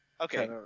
Okay